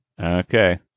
Okay